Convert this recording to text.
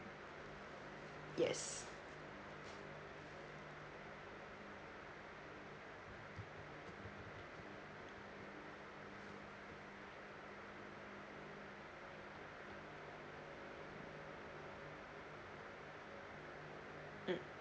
yes